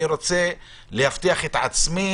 אני רוצה להבטיח את עצמי